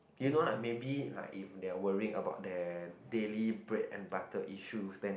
do you know like maybe like if they worrying about them daily bread and butter issue then